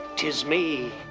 tis me.